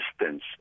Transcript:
resistance